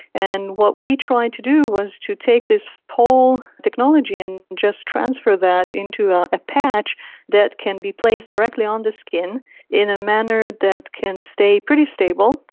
and what we tried to do was to take this whole technology and just transfer that into a ah patch that can be placed directly on the skin in a manner that can stay pretty stable,